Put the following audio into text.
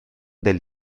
del